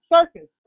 circus